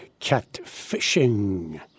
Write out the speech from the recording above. catfishing